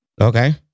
Okay